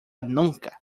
nunca